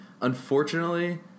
unfortunately